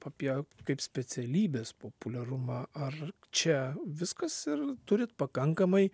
apie kaip specialybės populiarumą ar čia viskas ir turit pakankamai